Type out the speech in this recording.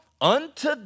unto